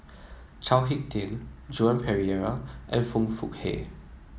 Chao HicK Tin Joan Pereira and Foong Fook Kay